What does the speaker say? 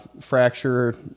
fracture